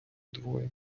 двоє